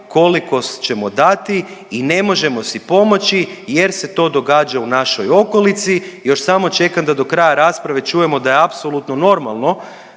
koliko ćemo dati i ne možemo si pomoći jer se to događa u našoj okolici još samo čekam da do kraja rasprave čujemo da je apsolutno normalno